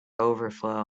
overflow